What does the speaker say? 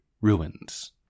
ruins